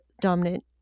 dominant